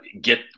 get